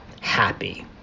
happy